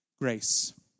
grace